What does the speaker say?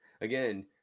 again